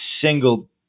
single